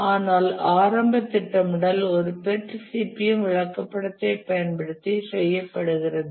ஆனால் ஆரம்ப திட்டமிடல் ஒரு PERT CPM விளக்கப்படத்தைப் பயன்படுத்தி செய்யப்படுகிறது